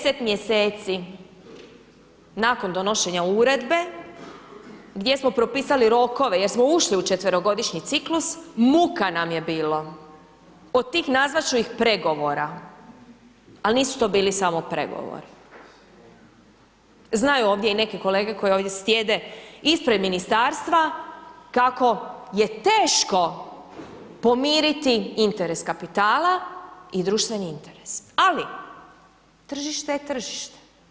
mjeseci nakon donošenja Uredbe gdje smo propisali rokove jer smo ušli u 4 godišnji ciklus, od tih nazvat ću ih pregovora, ali nisu to bili samo pregovori, znaju ovdje i neki kolege koji ovdje sjede ispred ministarstva kako je teško pomiriti interes kapitala i društveni interes, ali tržište je tržište.